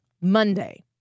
Monday